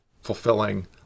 fulfilling